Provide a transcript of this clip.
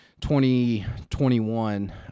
2021